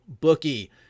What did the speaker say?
bookie